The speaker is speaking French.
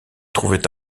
trouvait